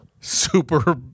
super